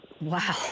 Wow